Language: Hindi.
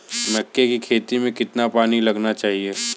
मक्के की खेती में कितना पानी लगाना चाहिए?